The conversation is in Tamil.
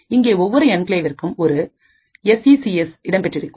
இங்கே ஒவ்வொரு என்கிளேவிற்கும் ஒரு எஸ் இ சி எஸ் இடம்பெற்றிருக்கும்